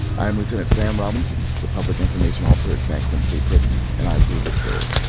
i am lieutenant sam robinson, the public information officer at san quentin state prison, and i approve this story